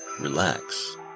Relax